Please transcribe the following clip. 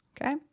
Okay